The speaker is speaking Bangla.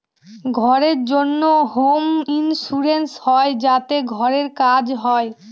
ঘরের জন্য হোম ইন্সুরেন্স হয় যাতে ঘরের কাজ হয়